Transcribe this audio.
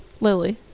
Lily